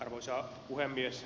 arvoisa puhemies